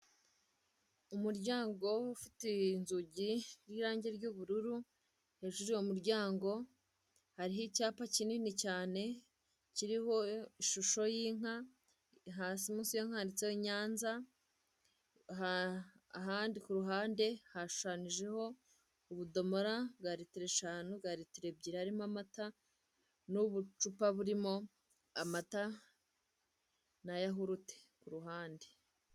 Umuryango ufite inzugi ry'irangi ry'ubururu hejuru y'uwo muryango hariho icyapa kinini cyane kiriho ishusho y'inka hasi musi y'iyo nka handitseho Nyanza ahandi kuhande hashushanyijeho ubudomora bwa ritiro eshanu bwa ritiro ebyiri harimo amata n'ubucupa burimo amata na yahurute ku ruhande.